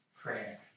prayer